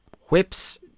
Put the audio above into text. Whips